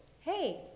hey